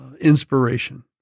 inspiration